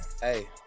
Hey